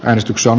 äänestyksen